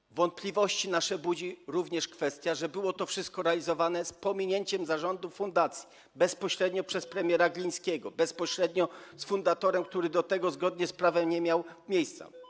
Nasze wątpliwości budzi również kwestia, że to wszystko było realizowane z pominięciem zarządu fundacji, bezpośrednio przez premiera Glińskiego, bezpośrednio z fundatorem, który do tego zgodnie z prawem nie miał prawa.